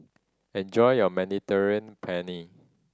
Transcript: enjoy your Mediterranean Penne